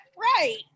Right